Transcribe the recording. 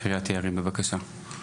קריית יערים, בבקשה.